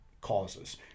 causes